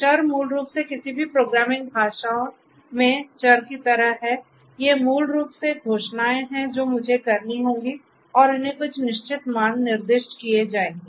चर मूल रूप से किसी भी प्रोग्रामिंग भाषाओं में चर की तरह हैं ये मूल रूप से घोषणाएं हैं जो मुझे करनी होंगी और इन्हें कुछ निश्चित मान निर्दिष्ट किए जाएंगे